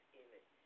image